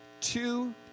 two